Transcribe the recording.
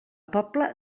pobla